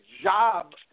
job